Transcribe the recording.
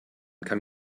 kann